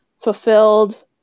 fulfilled